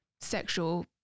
sexual